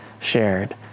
shared